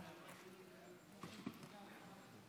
נפסקה בשעה 19:10 ונתחדשה בשעה 08:00.) בוקר טוב.